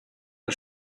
der